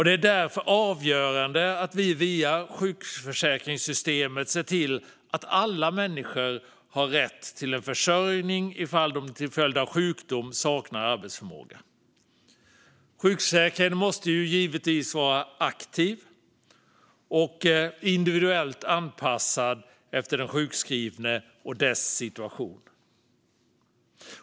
Det är därför avgörande att vi via sjukförsäkringssystemet ser till att alla människor har rätt till försörjning ifall de till följd av sjukdom saknar arbetsförmåga. Sjukförsäkringen måste givetvis vara aktiv och individuellt anpassad efter den sjukskrivne och dess situation.